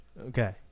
Okay